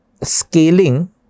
scaling